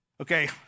Okay